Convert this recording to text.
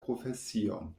profesion